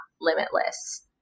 limitless